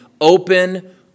open